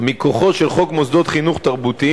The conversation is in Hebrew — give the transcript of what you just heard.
מכוחו של חוק מוסדות חינוך תרבותיים